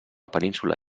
península